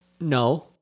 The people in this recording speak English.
No